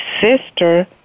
sister